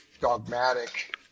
dogmatic